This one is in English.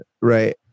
right